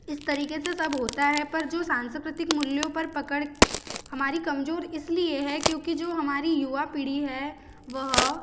इस तरीक़े से सब होता है पर जो सांस्कृतिक मूल्यों पर पकड़ हमारी कमज़ोर इस लिए है क्योंकि जो हमारी युवा पीढ़ी है वह